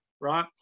right